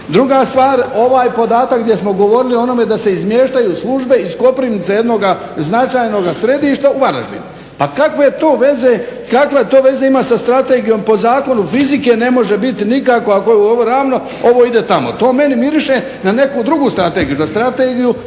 Druga stvar, ovaj podatak gdje smo govorili o onome da se izmještaju službe iz Koprivnice jednoga značajnog središta u Varaždin. Pa kakve to veze ima sa strategijom po zakonu fizike ne može biti nikako ako je ovo ravno ovo ide tamo. To meni miriše na neku drugu strategiju, na strategiju